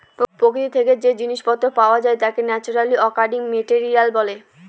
প্রকৃতি থেকে যে জিনিস পত্র পাওয়া যায় তাকে ন্যাচারালি অকারিং মেটেরিয়াল বলে